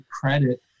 credit